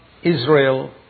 Israel